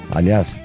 Aliás